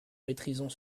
maîtrisant